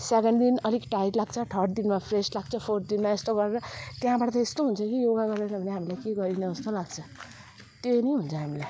second दिन अलिक tired लाग्छ थर्ड दिनमा फ्रेस लाग्छ फोर्थ दिनमा यस्तो गरेर त्यहाँबाट त यस्तो हुन्छ कि योगा गरेनौँ भने हामीले के गरेनौँ जस्तो लाग्छ त्यो नै हुन्छ हामीलाई